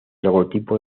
logotipo